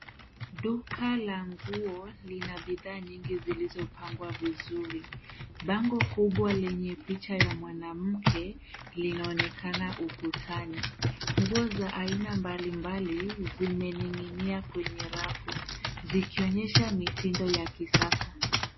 Duka la nguo lina bidhaa nyingi zilizopangwa vizuri. Bango kubwa lenye picha ya mwanamke linaonekana ukutani. Nguo za aina mbalimbali zimening'inia kwenye rafu zikionyesha mitindo ya kisasa.